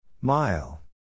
Mile